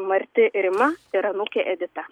marti rima ir anūkė edita